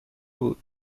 بود